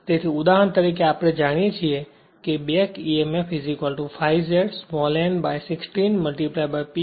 તેથી ઉદાહરણ તરીકે આપણે જાણીએ છીએ કે back Emf ∅ Z small n by 60 P by A